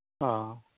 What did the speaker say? অ'